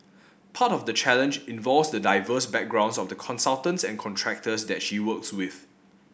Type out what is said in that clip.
part of the challenge involves the diverse backgrounds of the consultants and contractors that she works with